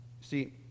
See